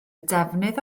defnydd